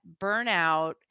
burnout